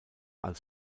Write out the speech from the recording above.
als